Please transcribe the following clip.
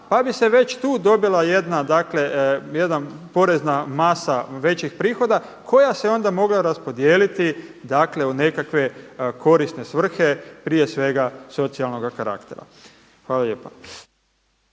pa bi se već tu dobila jedna, dakle jedna porezna masa većih prihoda koja se onda mogla raspodijeliti dakle u nekakve korisne svrhe prije svega socijalnoga karaktera. Hvala lijepa.